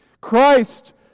Christ